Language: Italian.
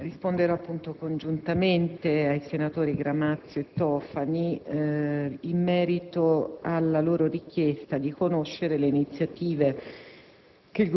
Risponderò congiuntamente ai senatori Gramazio e Tofani in merito alla loro richiesta di conoscere le iniziative